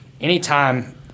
anytime